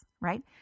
right